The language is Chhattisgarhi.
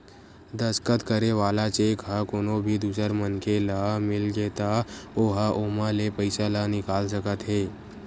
दस्कत करे वाला चेक ह कोनो भी दूसर मनखे ल मिलगे त ओ ह ओमा ले पइसा ल निकाल सकत हे